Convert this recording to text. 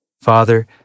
Father